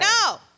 No